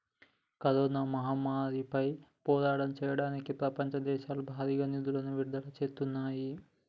corona మహమ్మారిపై పోరాటం చెయ్యడానికి ప్రపంచ దేశాలు భారీగా నిధులను విడుదల చేత్తన్నాయి